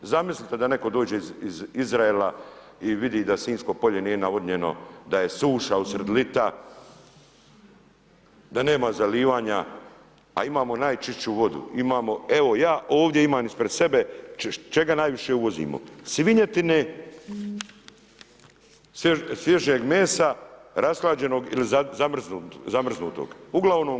Zamislite da netko dođe iz Izraela i vidi da Sinjsko polje nije navodnjeno, da je suša usred lita, da nema zalijevanja, a imamo najčišću vodu, imamo, evo, ja ovdje imam ispred sebe, čega najviše uvozimo, svinjetine, svježijeg mesa, rashlađenog ili zamrznutog, ugl.